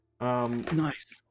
Nice